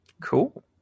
Cool